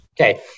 Okay